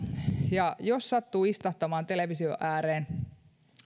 ja jos sattuu istahtamaan television ääreen